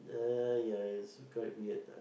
uh ya it's quite weird lah